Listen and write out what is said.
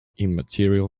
immaterial